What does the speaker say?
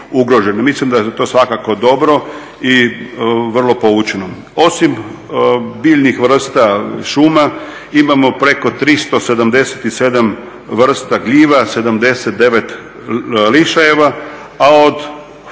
Mislim da je to svakako dobro i vrlo poučno. Osim biljnih vrsta šuma imamo preko 377 vrsta gljiva, 79 lišajeva a od faune